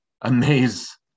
amaze